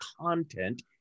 content